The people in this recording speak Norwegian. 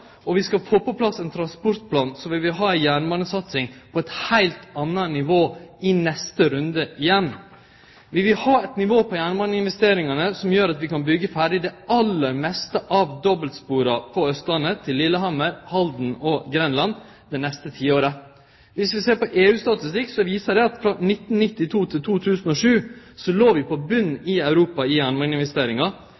og vi skal få på plass ein transportplan, slik at vi har ei jernbanesatsing på eit heilt anna nivå i neste runde igjen. Vi vil ha eit nivå på jernbaneinvesteringane som gjer at vi kan byggje ferdig det aller meste av dobbeltspora på Austlandet, til Lillehammer, Halden og Grenland, det neste tiåret. Viss vi ser på EU-statistikk, viser han at frå 1992 til 2007 låg vi på